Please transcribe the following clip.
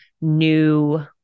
new